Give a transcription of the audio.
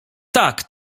tak